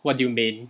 what do you main